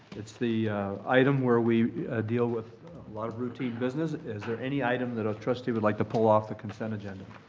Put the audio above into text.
it's the item where we deal with a lot of routine business. is there any item that a trustee would like to pull off the consent agenda?